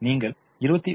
நீங்கள் 21